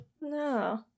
no